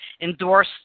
endorse